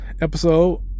episode